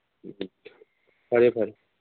ꯎꯝ ꯐꯔꯦ ꯐꯔꯦ